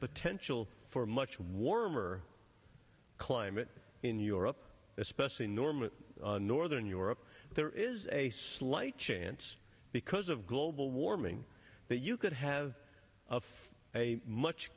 potential for a much warmer climate in europe especially norman northern europe there is a slight chance because of global warming that you could have of a much